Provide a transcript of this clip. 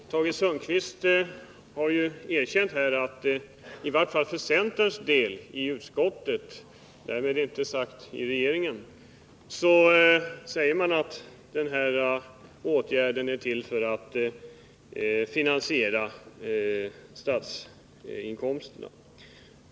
Herr talman! Tage Sundkvist har redan erkänt att förslaget om höjda energiskatter enligt den uppfattning som centerledamöterna i utskottet har — därmed inte sagt att det gäller också beträffande ställningstagandet i regeringen — har tillkommit för att förstärka statsinkomsterna.